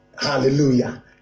Hallelujah